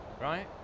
Right